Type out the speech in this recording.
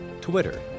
Twitter